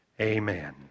amen